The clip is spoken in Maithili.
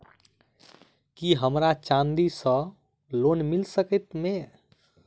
की हमरा चांदी सअ लोन मिल सकैत मे?